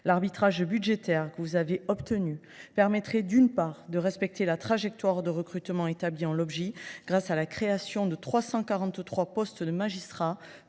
L’arbitrage budgétaire que vous avez obtenu permettrait, d’une part, de respecter la trajectoire de recrutement établie en LOPJ, grâce à la création de 343 postes de magistrats,